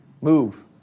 Move